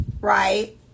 right